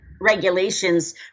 regulations